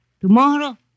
Tomorrow